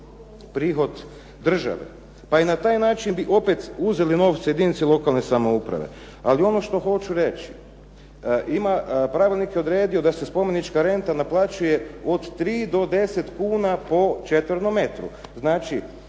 prihod države. Pa i na taj način bi opet uzeli novce jedinici lokalne samouprave. Ali ono što hoću reći, Pravilnik je odredio da se spomenička renta naplaćuje od 3 do 10 kuna po četvornom metru. Znači,